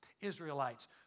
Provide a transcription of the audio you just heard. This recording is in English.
Israelites